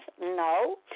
No